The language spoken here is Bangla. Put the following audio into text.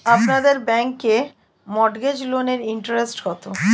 আপনাদের ব্যাংকে মর্টগেজ লোনের ইন্টারেস্ট কত?